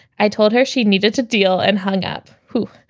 i told her she needed to deal and hung up. who?